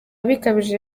bikabije